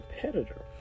competitor